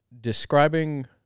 describing